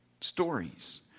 stories